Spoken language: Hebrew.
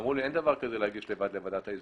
אמרו לי: אין דבר כזה להגיש לבד לוועדת העיזבונות.